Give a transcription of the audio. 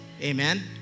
amen